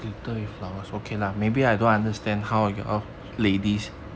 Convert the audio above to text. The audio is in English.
okay